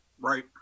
Right